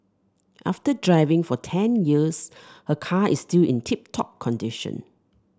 after driving for ten years her car is still in tip top condition